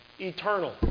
eternal